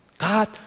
God